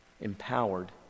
empowered